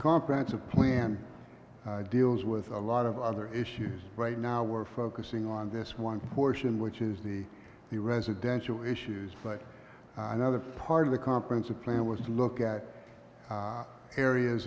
comprehensive plan deals with a lot of other issues right now we're focusing on this one portion which is the the residential issues but another part of the conference of plan was to look at areas